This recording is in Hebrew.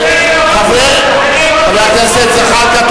חבר הכנסת זחאלקה,